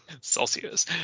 Celsius